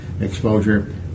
exposure